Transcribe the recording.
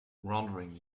wandering